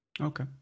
Okay